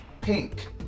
pink